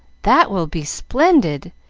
that will be splendid!